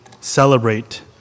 celebrate